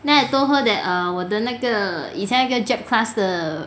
then I told her that err 我的那个以前那个 jap class 的